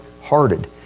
hearted